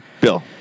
Bill